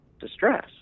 distress